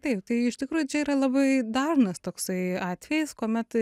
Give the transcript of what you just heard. taip tai iš tikrųjų čia yra labai dažnas toksai atvejis kuomet